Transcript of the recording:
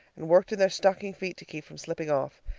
and worked in their stocking feet to keep from slipping off.